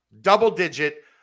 Double-digit